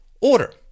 order